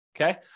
Okay